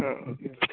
ആ ഓക്കേ